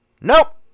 Nope